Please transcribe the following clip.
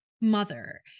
mother